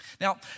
Now